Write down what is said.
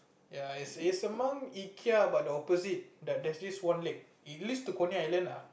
ya it's it's among Ikea but the opposite there there's this one lake it leads to Coney-Island lah